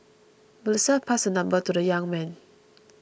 Melissa passed her number to the young man